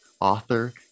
author